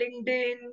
LinkedIn